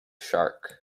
shark